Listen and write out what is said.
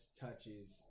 touches